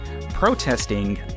protesting